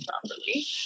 properly